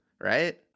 right